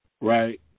right